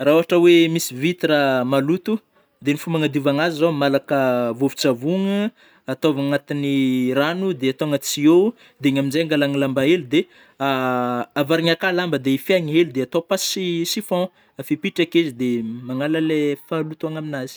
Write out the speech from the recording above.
Rah ôhatra oe misy vitre a maloto de ny fomba agnadiovagna azy zao malaka vovontsavogno ataovigna agnatina rano de atao agnaty sio de igny amnjay angalagna lamba hely de a avarigny akao lamba de fihahigny hely de atao passi chiffon afipitrake izy de m magnala le fahalotoagana aminazy.